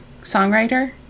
songwriter